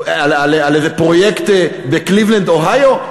על איזה פרויקט בקליבלנד, אוהיו?